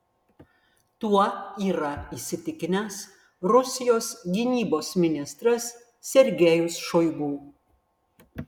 tuo yra įsitikinęs rusijos gynybos ministras sergejus šoigu